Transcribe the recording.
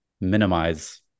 minimize